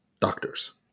doctors